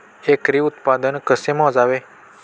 एकरी उत्पादन कसे मोजावे?